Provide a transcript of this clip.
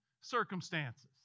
circumstances